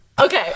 Okay